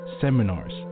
seminars